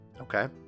Okay